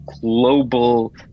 global